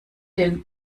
den